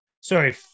Sorry